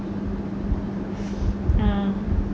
ah